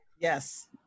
Yes